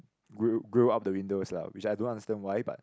grill grill up the windows lah which I don't understand why but